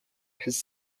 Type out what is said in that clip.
his